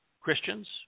Christians